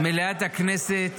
מליאת הכנסת